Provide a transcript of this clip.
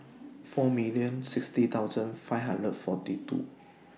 four million sixty thousand five hundred forty two